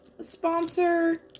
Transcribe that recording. sponsor